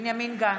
בנימין גנץ,